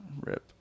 Rip